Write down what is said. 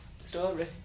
story